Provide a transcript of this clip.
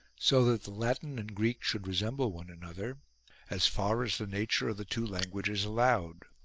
so that the latin and greek should resemble one another as far as the nature of the two languages allowed.